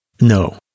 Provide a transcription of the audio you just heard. No